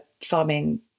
farming